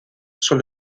sur